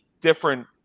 different